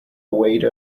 weighed